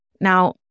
Now